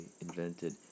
invented